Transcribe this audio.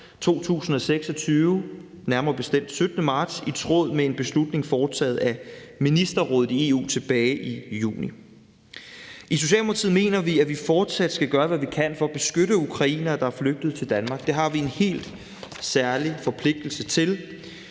2026, nærmere bestemt den 17. marts, i tråd med en beslutning foretaget af Ministerrådet i EU tilbage i juni. I Socialdemokratiet mener vi, at vi fortsat skal gøre, hvad vi kan for at beskytte ukrainere, der er flygtet til Danmark. Det har vi en helt særlig forpligtelse til,